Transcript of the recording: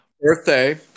birthday